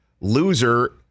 Loser